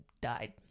died